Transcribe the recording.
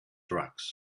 drugs